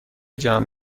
جمع